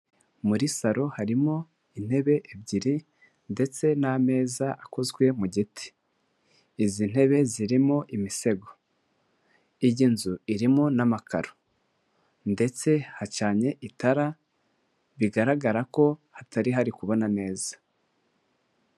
Muri salo harimo intebe ebyiri ndetse n'ameza akozwe mu giti, izi ntebe zirimo imisego, iyi nzu irimo n'amakaro ndetse hacanye itara bigaragara ko hatari hari kubona neza.